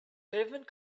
pavement